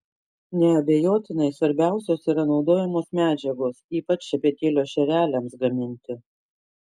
neabejotinai svarbiausios yra naudojamos medžiagos ypač šepetėlio šereliams gaminti